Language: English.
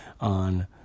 On